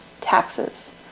taxes